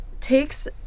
takes